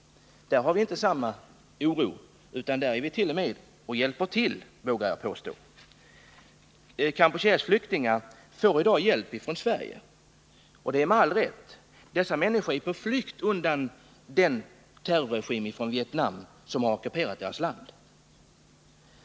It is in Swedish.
Där finns inte samma oro, utan där är vi med och t.o.m. hjälper till, vågar jag påstå. Kampucheas flyktingar får i dag hjälp från Sverige, och det med all rätt. Dessa människor är på flykt undan den terrorregim i Vietnam som har ockuperat deras land.